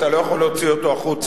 אתה לא יכול להוציא אותו החוצה,